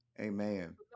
Amen